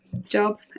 job